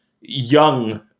young